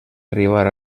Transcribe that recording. arribar